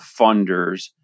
funders